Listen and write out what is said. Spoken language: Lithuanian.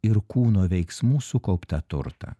ir kūno veiksmų sukauptą turtą